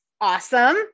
Awesome